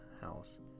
house